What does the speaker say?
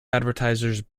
advertisers